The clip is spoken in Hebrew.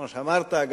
כמו שאמרת,